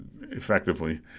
effectively